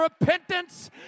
repentance